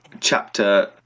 chapter